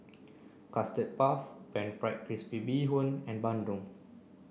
custard puff pan fried crispy bee hoon and Bandung